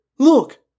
Look